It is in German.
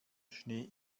schnee